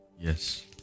Yes